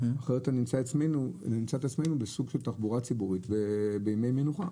אחרת נמצא את עצמנו בסוג של תחבורה ציבורית בימי מנוחה